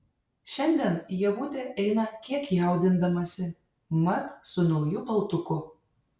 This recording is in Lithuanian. šiandien ievutė eina kiek jaudindamasi mat su nauju paltuku